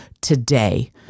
today